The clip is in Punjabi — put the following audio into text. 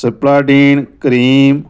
Supradyn cream